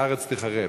הארץ תיחרב.